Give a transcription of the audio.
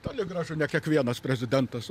toli gražu ne kiekvienas prezidentas